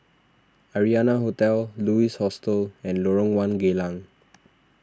Arianna Hotel Louis Hostel and Lorong one Geylang